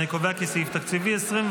אני קובע כי סעיף תקציבי 25,